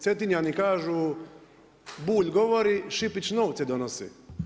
Cetinjani kažu Bulj govori, Šipić novce donosi.